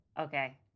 Okay